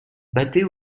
battait